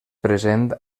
present